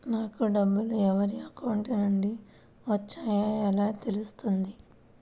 నాకు డబ్బులు ఎవరి అకౌంట్ నుండి వచ్చాయో ఎలా తెలుస్తుంది?